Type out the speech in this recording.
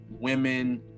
women